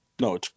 No